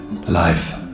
Life